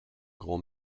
grand